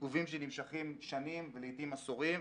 עיכובים שנמשכים שנים ולעיתים עשורים.